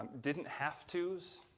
didn't-have-tos